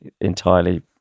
entirely